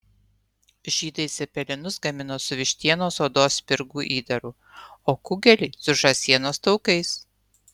žydai cepelinus gamino su vištienos odos spirgų įdaru o kugelį su žąsienos taukais